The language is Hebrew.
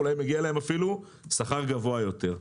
אולי מגיע להם אפילו שכר גבוה יותר.